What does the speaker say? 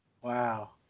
Wow